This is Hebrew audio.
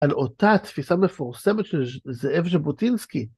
על אותה תפיסה מפורסמת של זאב ז'בוטינסקי.